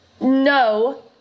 no